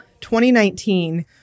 2019